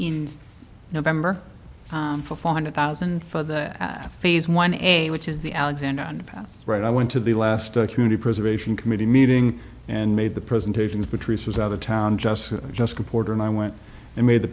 in november for four hundred thousand for that phase one a which is the alexander underpass right i went to the last community preservation committee meeting and made the presentations patrice was out of town just just reporter and i went and made the